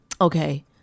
Okay